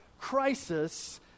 crisis